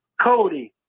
Cody